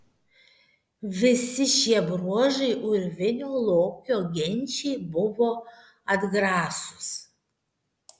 visi šie bruožai urvinio lokio genčiai buvo atgrasūs